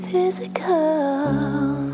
physical